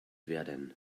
werden